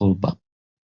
kalba